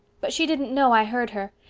but she didn't know i heard her.